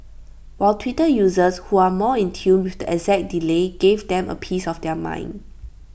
while Twitter users who are more in tune with the exact delay gave them A piece of their mind